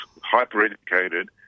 hyper-educated